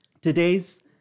Today's